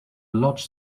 large